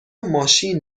ماشین